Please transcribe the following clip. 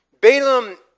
Balaam